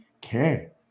care